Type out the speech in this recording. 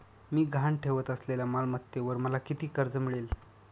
मी गहाण ठेवत असलेल्या मालमत्तेवर मला किती कर्ज मिळेल?